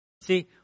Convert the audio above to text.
See